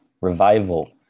Revival